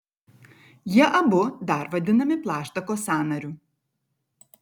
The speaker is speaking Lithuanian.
jie abu dar vadinami plaštakos sąnariu